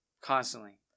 constantly